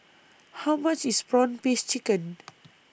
How much IS Prawn Paste Chicken